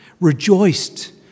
rejoiced